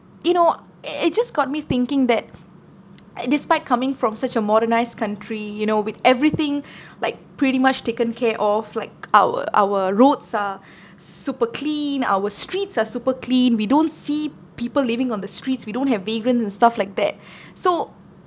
you know i~ it just got me thinking that despite coming from such a modernised country you know with everything like pretty much taken care of like our our roads are super clean our streets are super clean we don't see people living on the streets we don't have vagrants and stuff like that so